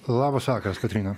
labas vakaras kotryna